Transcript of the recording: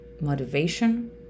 motivation